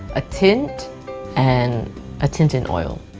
a tint and a tint in oil.